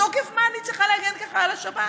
מתוקף מה אני צריכה להגן ככה על השבת?